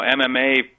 MMA